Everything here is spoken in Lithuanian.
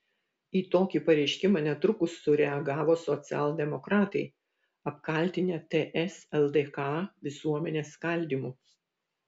į tokį pareiškimą netrukus sureagavo socialdemokratai apkaltinę ts lkd visuomenės skaldymu